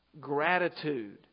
gratitude